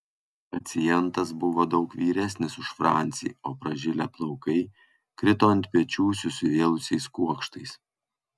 pacientas buvo daug vyresnis už francį o pražilę plaukai krito ant pečių susivėlusiais kuokštais